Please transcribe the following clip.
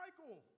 cycle